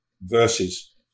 verses